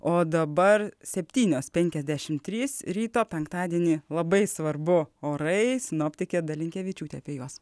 o dabar septynios penkiasdešimt trys ryto penktadienį labai svarbu orai sinoptikė dalinkevičiūtė apie juos